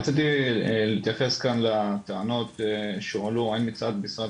רציתי להתייחס כאן לטענות שהועלו הן מצד משרד